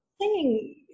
singing